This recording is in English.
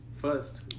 First